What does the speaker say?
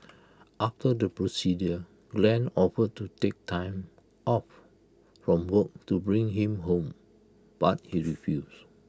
after the procedure Glen offered to take time off from work to bring him home but he refused